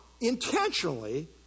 intentionally